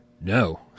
no